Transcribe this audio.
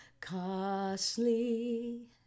costly